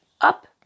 up